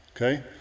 okay